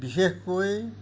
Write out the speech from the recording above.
বিশেষকৈ